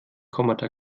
kommata